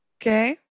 Okay